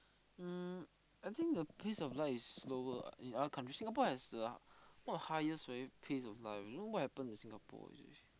um I think the pace of life is slower in our country Singapore has a one of the highest pace of life don't know what happen to Singapore actually